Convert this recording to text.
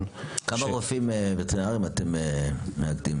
--- כמה רופאים וטרינרים אתם מאגדים